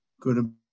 good